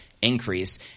Increase